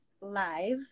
live